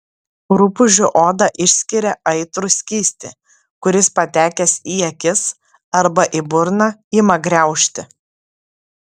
rupūžių oda išskiria aitrų skystį kuris patekęs į akis arba į burną ima graužti